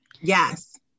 Yes